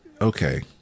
Okay